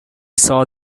saw